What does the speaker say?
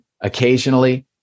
occasionally